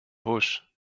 busch